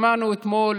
שמענו אתמול,